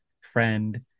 friend